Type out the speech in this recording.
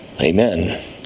Amen